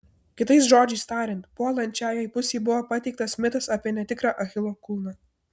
kitais žodžiais tariant puolančiajai pusei buvo pateiktas mitas apie netikrą achilo kulną